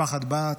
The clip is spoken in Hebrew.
משפחת בהט.